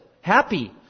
Happy